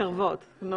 לא